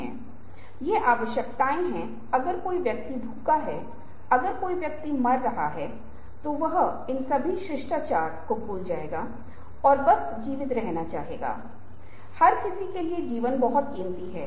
हम यह सवाल पूछ रहे हैं जैसे कि आज की संस्कृति में क्या हो रहा है जो दृश्य के साथ शुरू होना है और धीरे धीरे अधिक से अधिक मल्टीमीडिया बन रहा है